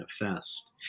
manifest